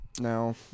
Now